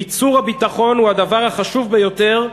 ביצור הביטחון הוא הדבר החשוב ביותר,